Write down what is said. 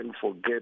forget